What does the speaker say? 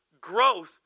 growth